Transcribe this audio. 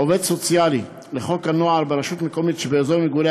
עובד סוציאלי לחוק הנוער ברשות מקומית שבאזור מגורי